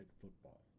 Football